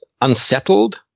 unsettled